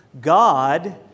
God